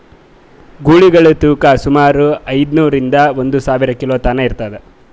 ಗೂಳಿಗಳ್ ತೂಕಾ ಸುಮಾರ್ ಐದ್ನೂರಿಂದಾ ಒಂದ್ ಸಾವಿರ ಕಿಲೋ ತನಾ ಇರ್ತದ್